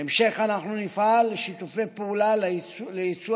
בהמשך אנחנו נפעל לשיתופי פעולה ליצוא